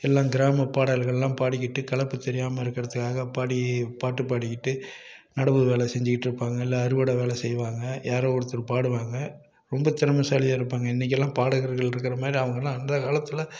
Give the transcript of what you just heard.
எல்லாம் கிராம பாடல்கள்லாம் பாடிகிட்டு களைப்பு தெரியாமல் இருக்கிறத்துக்காக பாடி பாட்டு பாடிகிட்டு நடவு வேலை செஞ்சிக்கிட்டுருப்பாங்க இல்லை அறுவடை வேலை செய்வாங்க யாரோ ஒருத்தர் பாடுவாங்க ரொம்ப திறமசாலியாக இருப்பாங்க இன்றைக்கிலாம் பாடகர்கள் இருக்கிற மாதிரி அவங்களாம் அந்த காலத்தில்